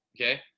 okay